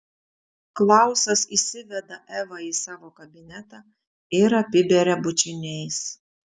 klausas įsiveda evą į savo kabinetą ir apiberia bučiniais